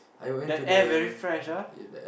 the air very fresh ah